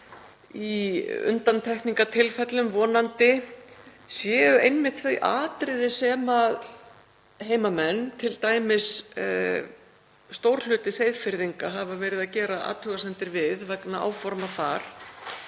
í undantekningartilfellum vonandi, séu einmitt þau atriði sem heimamenn, t.d. stór hluti Seyðfirðinga, hafa verið að gera athugasemdir við vegna áforma þar.